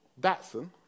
Datsun